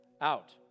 out